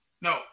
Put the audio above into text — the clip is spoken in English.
No